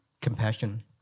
compassion